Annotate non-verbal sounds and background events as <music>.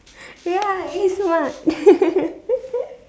ya eh smart <laughs>